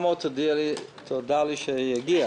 תודה לי כשיגיע.